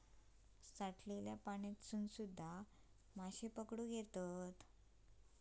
साठलल्या पाण्यातसून सुध्दा माशे पकडुक येतत